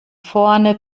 vorne